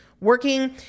working